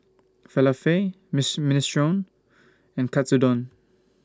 Falafel Miss Minestrone and Katsudon